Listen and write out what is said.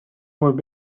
would